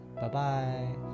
Bye-bye